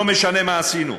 לא משנה מה עשינו,